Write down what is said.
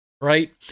right